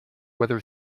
whether